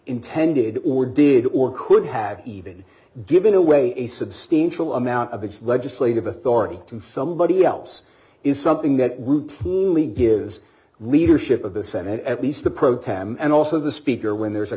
intended or did or could have even given away a substantial amount of its legislative authority to somebody else is something that only gives leadership of the senate at least the pro tem and also the speaker when there's a